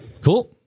Cool